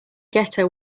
ghetto